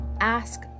ask